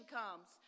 comes